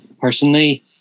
Personally